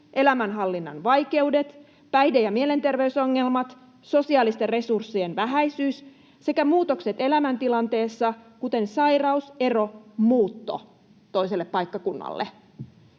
elämänhallinnan vaikeudet, päihde- ja mielenterveysongelmat, sosiaalisten resurssien vähäisyys sekä muutokset elämäntilanteessa, kuten sairaus, ero, muutto toiselle paikkakunnalle.